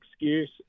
excuse